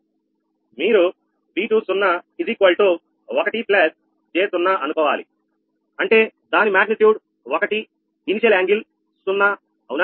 మీరు 𝑉20 1 j0 అనుకోవాలి అంటే దాని మాగ్నిట్యూడ్ 1 ప్రారంభ కోణం 0 అవునా